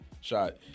shot